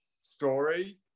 story